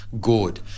good